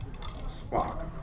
Spock